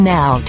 now